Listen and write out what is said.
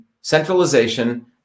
centralization